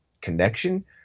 connection